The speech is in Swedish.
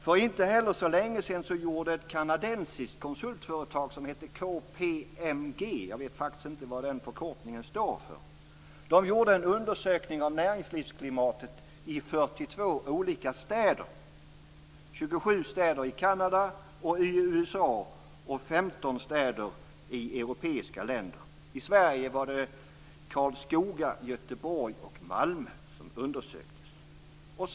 För inte heller så länge sedan gjorde ett kanadensiskt konsultföretag som heter KPMG - jag vet faktiskt inte vad den förkortningen står för - en undersökning av näringslivsklimatet i 42 olika städer. Det var 27 städer i Kanada och USA och 15 städer i europeiska länder. I Sverige var det Karlskoga, Göteborg och Malmö som undersöktes.